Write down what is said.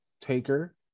Taker